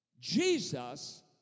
Jesus